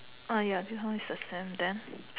ah ya this one is the sand then